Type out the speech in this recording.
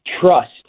trust